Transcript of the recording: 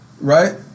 right